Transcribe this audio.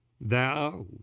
thou